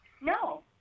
No